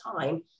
time